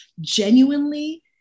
Genuinely